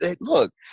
look